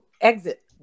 exit